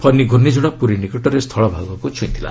ଫନି ଘର୍ଷ୍ଣିଝଡ଼ ପୁରୀ ନିକଟରେ ସ୍ଥଳ ଭାଗକୁ ଛୁଇଁଥିଲା